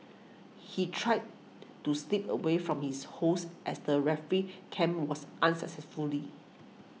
he tried to slip away from his hosts as the refugee camp was unsuccessfully